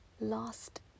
lost